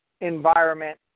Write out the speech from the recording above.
environment